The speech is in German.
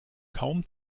kaum